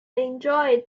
enjoyed